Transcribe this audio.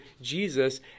Jesus